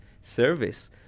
service